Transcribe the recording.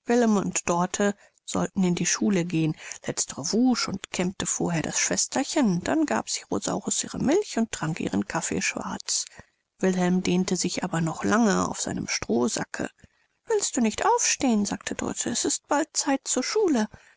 und dorte sollten in die schule gehen letztere wusch und kämmte vorher das schwesterchen dann gab sie rosaurus ihre milch und trank ihren kaffee schwarz wilhelm dehnte sich aber noch lange auf seinem strohsacke willst du nicht aufstehen sagte dorte es ist bald zeit zur schule